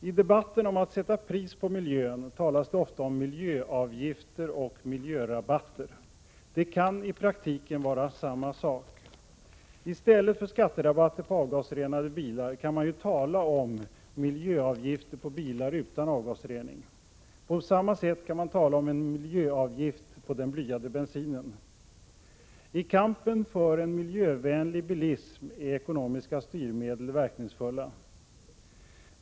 I debatten om att sätta pris på miljön talas det ofta om miljöavgifter och miljörabatter. Det kan i praktiken vara samma sak. I stället för skatterabatter på avgasrenade bilar kan man ju tala om miljöavgifter på alla bilar utan avgasrening. På samma sätt kan man tala om en miljöavgift på den blyade bensinen. I kampen för en miljövänlig bilism är ekonomiska styrmedel verkningsfulla.